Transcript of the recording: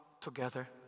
together